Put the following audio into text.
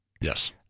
Yes